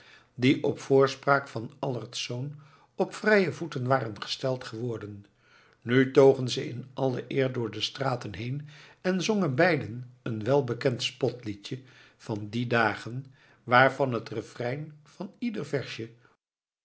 die op voorspraak van allertsz op vrije voeten waren gesteld geworden nu togen ze in alle eer door de straten heen en zongen beiden een welbekend spotliedje van die dagen waarvan het refrein van ieder versje